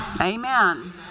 Amen